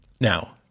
Now